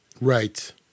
Right